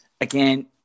again